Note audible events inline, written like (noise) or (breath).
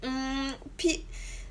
mm pi~ (breath)